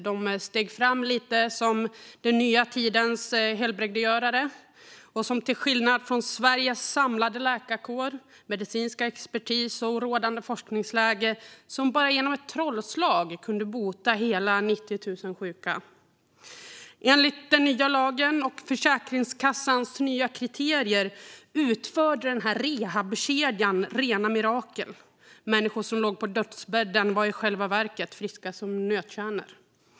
De steg fram lite som den nya tidens helbrägdagörare, som till skillnad från Sveriges samlade läkarkår, medicinsk expertis och rådande forskningsläge kunde bota hela 90 000 sjuka som bara genom ett trollslag. Enligt den nya lagen och Försäkringskassans nya kriterier utförde rehabkedjan rena mirakel. Människor som låg på dödsbädden var i själva verket friska som nötkärnor.